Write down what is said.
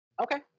Okay